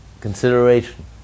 consideration